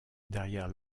derrière